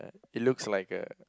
it looks like a